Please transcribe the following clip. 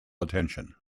attention